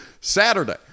Saturday